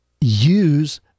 use